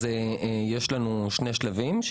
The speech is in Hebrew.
יש לנו שני שלבים.